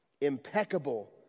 Impeccable